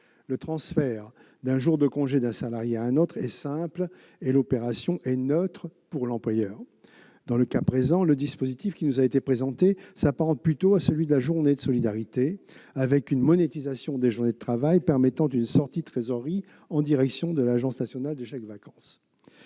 Le transfert d'un jour de congé d'un salarié à un autre est simple, et l'opération est neutre pour l'employeur. Dans le cas présent, le dispositif qui nous a été présenté s'apparente plutôt à celui de la journée de solidarité, avec une monétisation des journées de travail permettant une sortie de trésorerie en direction de l'Agence nationale pour les chèques-vacances.